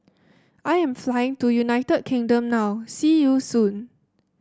I am flying to United Kingdom now See you soon